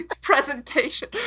presentation